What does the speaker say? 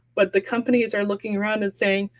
but the companies are looking around and saying,